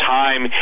time